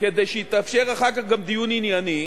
כדי שיתאפשר אחר כך גם דיון ענייני,